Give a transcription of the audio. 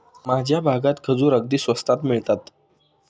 माझ्या भागात खजूर अगदी स्वस्तात मिळतात